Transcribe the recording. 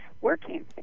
working